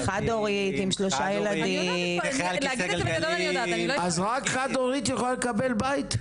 חד הורית עם שלושה ילדים --- אז רק חוד הורית יכולה לקבל בית?